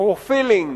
"פרופילינג"